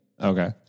Okay